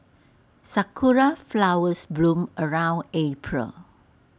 Sakura Flowers bloom around April